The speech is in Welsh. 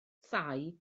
thai